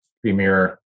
Premier